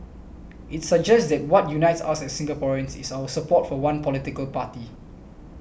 it suggests that what unites us Singaporeans is our support for one political party